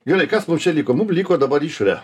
gerai kas mums čia liko mums liko dabar išorė